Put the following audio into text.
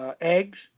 eggs